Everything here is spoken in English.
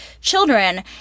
children